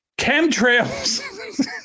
Chemtrails